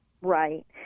right